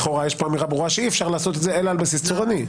לכאורה יש כאן אמירה ברורה שאי אפשר לעשות את זה אלא על בסיס צורני.